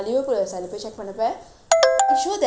it shows that I cleared everything I passed everything